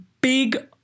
big